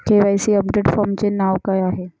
KYC update फॉर्मचे नाव काय आहे?